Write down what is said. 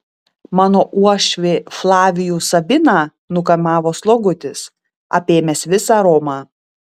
mano uošvį flavijų sabiną nukamavo slogutis apėmęs visą romą